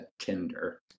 tinder